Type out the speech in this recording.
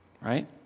right